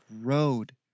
road